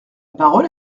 parole